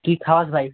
তুই খাওয়াস ভাই